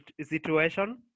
situation